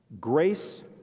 grace